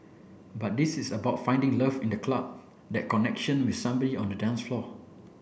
but this is about finding love in the club that connection with somebody on the dance floor